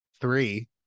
three